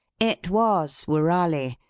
it was woorali,